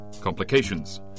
complications